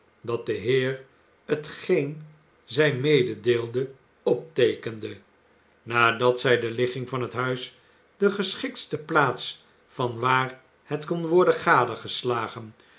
dat de heer t geen zij mededeelde opteekende nadat zij de ligging van het huis de geschiktste plaats van waar het kon worden